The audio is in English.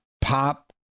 pop